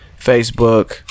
Facebook